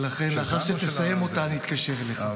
ולכן לאחר שתסיים אותה אני אתקשר אליך.